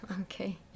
okay